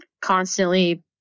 constantly